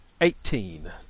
Eighteen